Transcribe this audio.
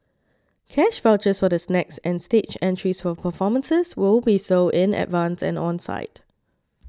cash vouchers for the snacks and stage entries for performances will be sold in advance and on site